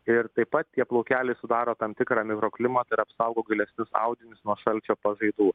ir taip pat tie plaukeliai sudaro tam tikrą mikroklimatą ir apsaugo gilesnius audinius nuo šalčio pažaidų